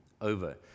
over